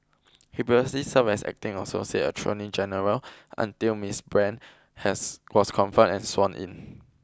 he previously served as acting associate attorney general until Miss Brand has was confirmed and sworn in